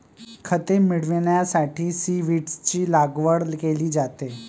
खते मिळविण्यासाठी सीव्हीड्सची लागवड केली जाते